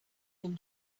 him